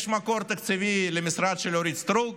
יש מקור תקציבי למשרד של אורית סטרוק,